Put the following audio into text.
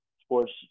sports